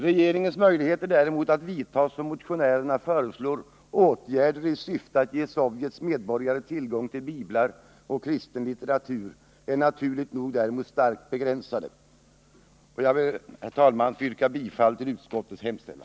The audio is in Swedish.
Regeringens möjligheter att, som motionärerna föreslår, vidta åtgärder i syfte att ge Sovjetunionens medborgare tillgång till biblar och kristen litteratur är däremot naturligt nog starkt begränsade. Jag ber, herr talman, att få yrka bifall till utskottets hemställan.